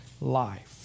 life